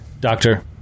doctor